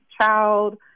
child